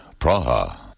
Praha